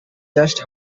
just